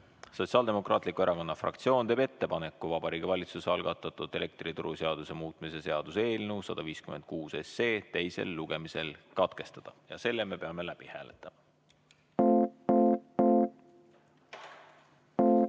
Sotsiaaldemokraatliku Erakonna fraktsioon teeb ettepaneku Vabariigi Valitsuse algatatud elektrituruseaduse eelnõu 156 teisel lugemisel katkestada. Ja selle me peame läbi hääletama.